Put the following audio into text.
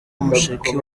mushiki